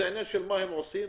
זה עניין של מה הם עושים,